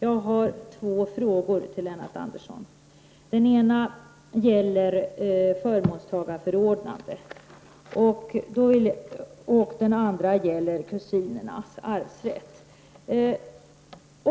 Jag har två frågor till Lennart Andersson. Den ena gäller förmånstagarförordnande, och den andra gäller kusiners arvsrätt.